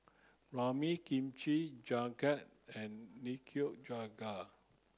Ramen Kimchi jjigae and Nikujaga